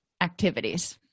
activities